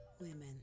women